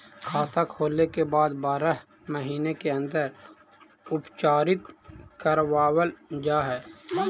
खाता खोले के बाद बारह महिने के अंदर उपचारित करवावल जा है?